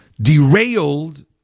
derailed